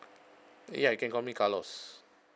ya you can call me carlos